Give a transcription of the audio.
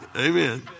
Amen